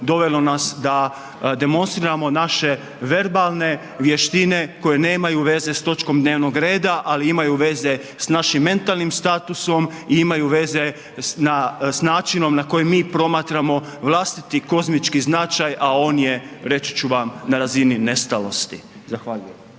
dovelo nas da demonstriramo naše verbalne vještine, koje nemaju veze s točkom dnevnom reda, ali imaju veze s našim metalnim statusom i imaju veze s načinom na koji mi promatramo vlastiti kozmički značaj, a on je reći, ću vam na razini nestalosti. Zahvaljujem.